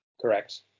Correct